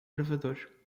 gravador